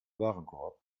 warenkorb